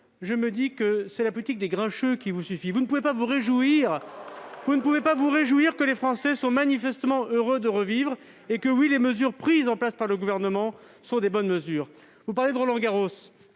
je me dis que c'est la politique des grincheux qui vous satisfait. Ne pouvez-vous pas vous réjouir que les Français soient manifestement heureux de revivre et que, oui, les mesures mises en oeuvre par le Gouvernement soient de bonnes mesures ? Vous avez parlé de Roland-Garros.